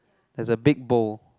there's a big bowl